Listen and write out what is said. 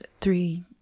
Three